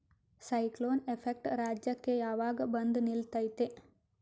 Cyclone effect ರಾಜ್ಯಕ್ಕೆ ಯಾವಾಗ ಬಂದ ನಿಲ್ಲತೈತಿ?